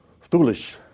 foolish